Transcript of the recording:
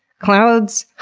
clouds?